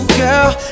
girl